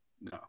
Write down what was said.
No